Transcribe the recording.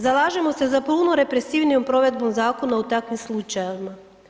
Zalažemo se za puno represivnijom provedbom zakona u takvim slučajevima.